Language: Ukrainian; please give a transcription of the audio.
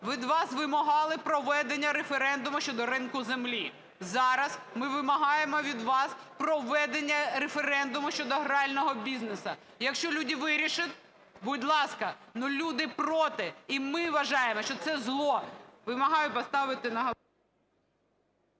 від вас вимагали проведення референдуму щодо ринку землі. Зараз ми вимагаємо від вас проведення референдуму щодо грального бізнесу. Якщо люди вирішать, будь ласка. Але люди проти, і ми вважаємо, що це зло. Вимагаю поставити на…